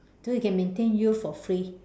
so you can maintain youth for free